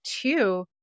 two